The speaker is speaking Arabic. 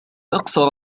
أقصر